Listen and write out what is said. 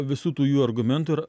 visų tų jų argumentų ir